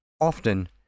Often